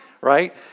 right